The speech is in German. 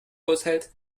aushält